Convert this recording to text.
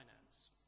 Finance